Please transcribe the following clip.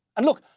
and look,